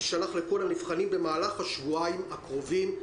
תישלח לכל הנבחנים במהלך השבועיים הקרובים.